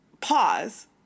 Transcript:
pause